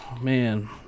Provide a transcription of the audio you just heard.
Man